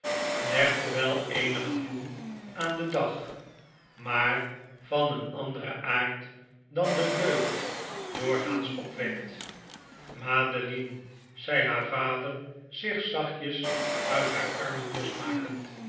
legde wel eenig gevoel aan den dag maar van een anderen aard dan de deugd doorgaans opwekt madeline zei haar vader zich zachtjes uit haar armen losmakend